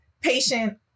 patient